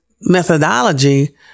methodology